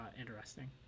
interesting